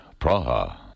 Praha